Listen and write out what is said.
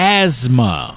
asthma